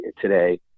today